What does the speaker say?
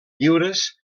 lliures